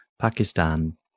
Pakistan